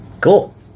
Cool